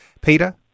Peter